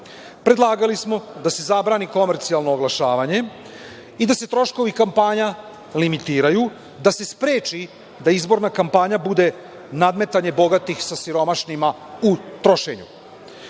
smo da se zabrani komercijalno oglašavanje i da se troškovi kampanja limitiraju, da se spreči, da izborna kampanja bude nadmetanje bogatih sa siromašnima u trošenju.